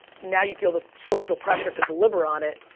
now, you feel the social pressure to deliver on it,